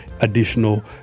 additional